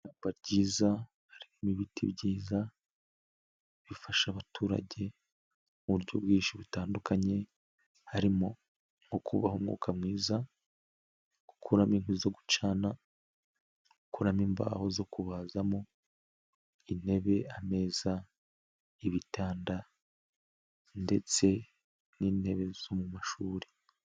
Ishyamba ryiza, hari n'ibiti byiza bifasha abaturage mu buryo bwinshi butandukanye, harimo nko kubaha umwuka mwiza, gukuramo inkwi zo gucana, gukuramo imbaho zo kubazamo intebe, ameza, ibitanda ndetse n'intebe zo mu mashuri.